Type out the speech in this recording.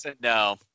no